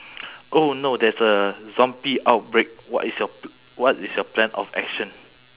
oh no there's a zombie outbreak what is your p~ what is your plan of action